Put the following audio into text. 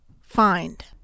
find